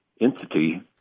entity